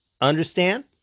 Understand